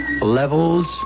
Levels